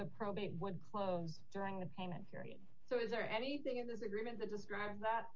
the probate would close during the payment period so is there anything is agreement to describe that